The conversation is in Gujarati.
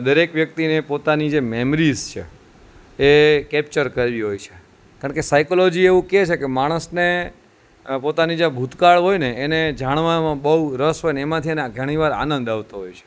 દરેક વ્યક્તિને પોતાની જે મેમરીઝ છે એ કેપ્ચર કરવી હોય છે કારણ કે સાયકોલોજી એવું કે છે કહે કે માણસને પોતાની જે ભૂતકાળ હોયને એણે જાણવામાં બહુ રસ હોય ન એમાંથી આ ઘણી વાર આનંદ આવતો હોય છે